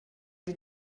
die